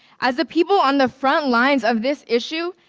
as the people on the front lines of this issue,